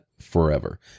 forever